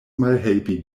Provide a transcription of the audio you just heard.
malhelpi